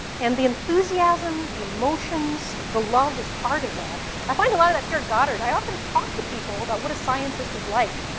and the enthusiasm, the emotions, the love is part of that. i find a lot of that here at goddard. i often talk to people about what a scientist is like.